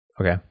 Okay